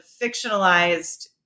fictionalized